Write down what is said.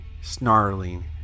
snarling